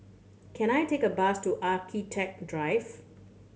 can I take a bus to Architect Drive